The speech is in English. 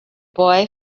boy